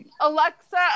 Alexa